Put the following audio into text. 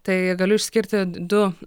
tai galiu išskirti du